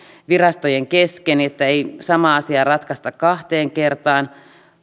virastojen kesken että ei samaa asiaa ratkaista kahteen kertaan